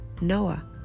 Noah